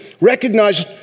recognize